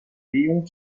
leon